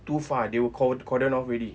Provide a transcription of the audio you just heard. too far they were cor~ cordoned off already